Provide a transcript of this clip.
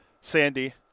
Sandy